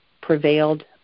prevailed